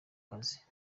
kazi